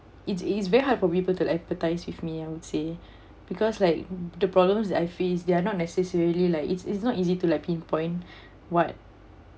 it's it's very hard for people to empathise with me I would say because like the problems that I face they are not necessarily like it's it's not easy to like pinpoint what